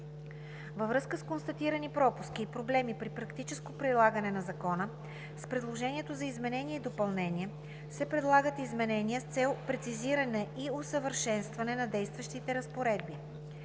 Във връзка с констатирани пропуски и проблеми при практическото прилагане на Закона с предложението за изменение и допълнение се предлагат изменения с цел прецизиране и усъвършенстване на действащи разпоредби.